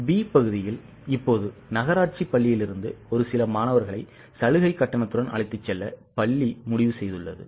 B பகுதியில் இப்போது நகராட்சி பள்ளியிலிருந்து ஒரு சில மாணவர்களை சலுகை கட்டணத்துடன் அழைத்துச் செல்ல பள்ளி முடிவு செய்துள்ளது